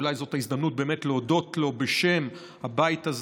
אולי זאת ההזדמנות באמת להודות לו בשם הבית הזה,